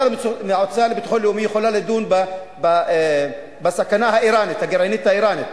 המועצה לביטחון לאומי יכולה לדון בסכנה הגרעינית האירנית,